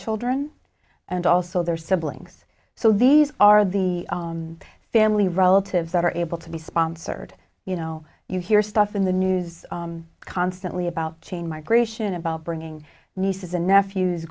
children and also their siblings so these are the family relatives that are able to be sponsored you know you hear stuff in the news constantly about chain migration about bringing nieces and nephews